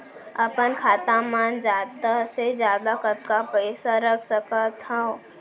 अपन खाता मा जादा से जादा कतका पइसा रख सकत हव?